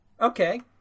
Okay